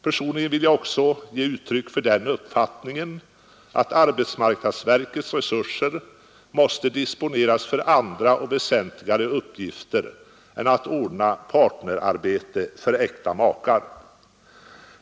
Personligen vill jag också ge uttryck åt den uppfattningen att arbetsmarknadsverkets resurser måste disponeras för andra och väsentligare uppgifter än att ordna partnerarbete för äkta makar.